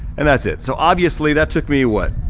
and that's it, so obviously, that took me what,